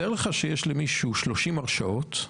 תאר לך שיש למישהו 30 הרשעות,